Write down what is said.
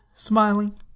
Smiling